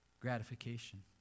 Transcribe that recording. Gratification